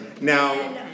Now